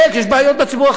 יש בעיות בציבור החרדי.